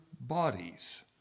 bodies